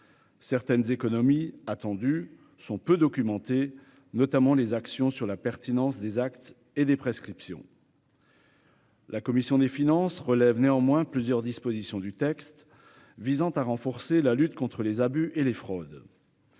certaines économies attendues sont peu documentée, notamment les actions sur la pertinence des actes et des prescriptions. La commission des finances, relève néanmoins plusieurs dispositions du texte visant à renforcer la lutte contre les abus et les fraudes.